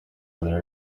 other